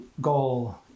goal